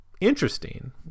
interesting